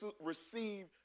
receive